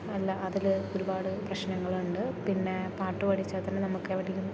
അല്ല അതിൽ ഒരുപാട് പ്രശ്നങ്ങളുണ്ട് പിന്നെ പാട്ട് പഠിച്ചാൽ തന്നെ നമുക്ക് എവിടേയും